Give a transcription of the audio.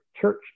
church